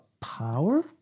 power